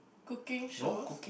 cooking shows